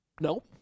no